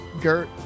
Gert